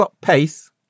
pace